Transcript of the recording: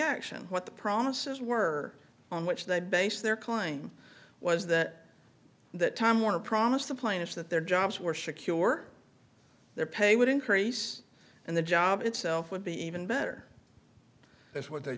action what the promises were on which they base their claim was that that time warner promised the plaintiffs that their jobs were secure their pay would increase and the job itself would be even better that's what they